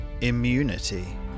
immunity